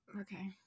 Okay